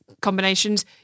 combinations